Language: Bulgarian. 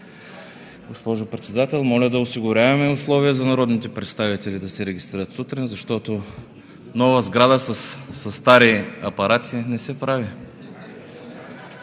Госпожо Председател, моля да осигуряваме условия за народните представители да се регистрират сутрин, защото нова сграда със стари апарати не се прави.